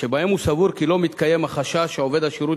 שבהם הוא סבור כי לא מתקיים החשש שעובד השירות